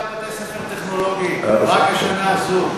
יש חמישה בתי-ספר טכנולוגיים רק בשנה זו.